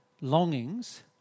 longings